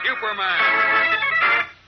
Superman